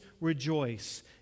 rejoice